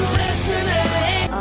listening